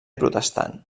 protestant